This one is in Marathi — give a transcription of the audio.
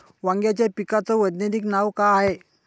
वांग्याच्या पिकाचं वैज्ञानिक नाव का हाये?